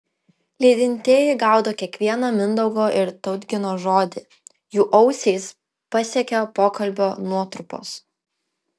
lydintieji gaudo kiekvieną mindaugo ir tautgino žodį jų ausis pasiekia pokalbio nuotrupos